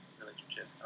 relationship